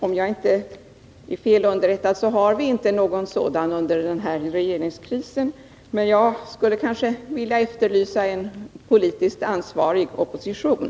Om jag inte är fel underrättad har vi ingen sådan under den här regeringskrisen. Men jag skulle vilja efterlysa en politiskt ansvarig opposition.